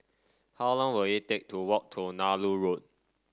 how long will it take to walk to Nallur Road